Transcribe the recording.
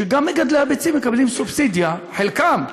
שגם מגדלי הביצים מקבלים סובסידיה, חלקם,